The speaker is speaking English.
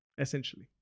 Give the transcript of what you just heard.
essentially